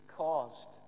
caused